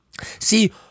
See